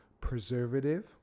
preservative